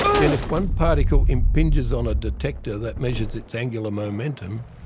then if one particle impinges on a detector that measures its angular momentum,